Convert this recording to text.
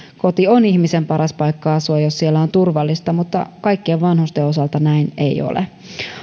koti on ihmisen paras paikka asua jos siellä on turvallista mutta kaikkien vanhusten osalta näin ei ole